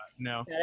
no